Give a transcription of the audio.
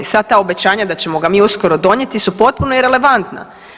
Sad ta obećanja da ćemo ga mi uskoro donijeti su potpuno irelevantna.